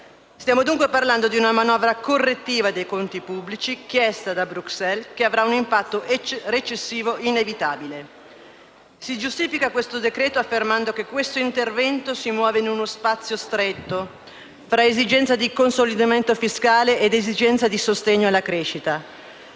Stiamo, dunque, parlando di una manovra correttiva dei conti pubblici chiesta da Bruxelles, che avrà un impatto recessivo inevitabile. Si giustifica il decreto-legge in esame affermando che questo intervento si muove in uno spazio stretto, tra le esigenze di consolidamento fiscale e di sostegno alla crescita.